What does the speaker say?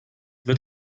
wird